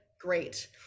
great